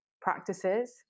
practices